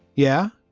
yeah.